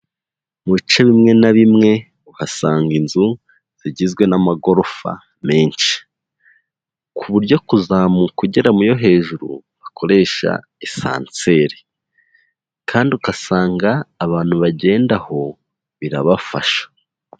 Mu bice bimwe na bimwe uhasanga inzu zigizwe n'amagorofa menshi, ku buryo kuzamuka ugera mu yo hejuru bakoresha esanseri kandi ugasanga abantu bagenda aho birabafasha.